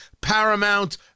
Paramount